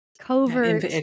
covert